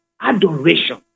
adoration